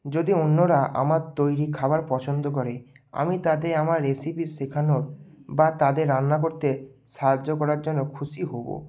যদি অন্যরা আমার তৈরি খাবার পছন্দ করে আমি তাদের আমার রেসিপি শেখানোর বা তাদের রান্না করতে সাহায্য করার জন্য খুশি হবো